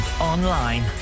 Online